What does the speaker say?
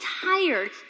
tired